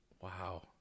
Wow